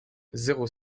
zéro